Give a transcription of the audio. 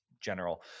general